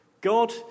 God